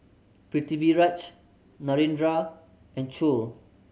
Pritiviraj Narendra and Choor